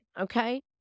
Okay